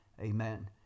Amen